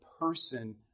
person